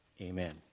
Amen